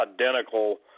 identical